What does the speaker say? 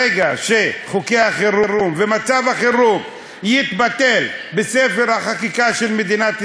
ברגע שחוקי החירום ומצב החירום יתבטלו בספר החקיקה של מדינת ישראל,